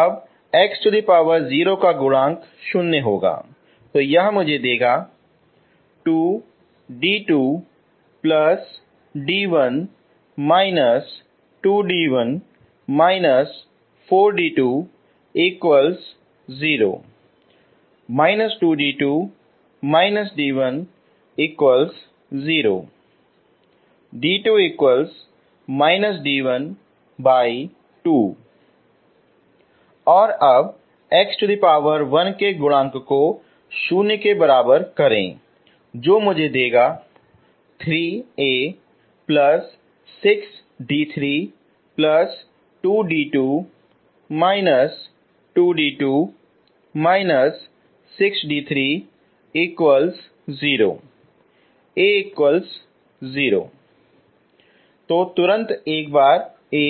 तब x0 का गुणांक 0 तो यह मुझे देगा और अब x1 के गुणांक को शून्य के बराबर करें जो मुझे देगा तो तुरंत एक बार A